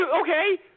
Okay